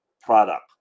product